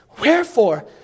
Wherefore